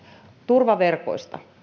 turvaverkoista